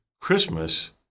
Christmas